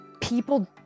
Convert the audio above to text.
people